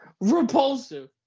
repulsive